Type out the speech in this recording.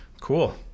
Cool